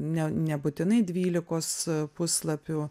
ne nebūtinai dvylikos puslapių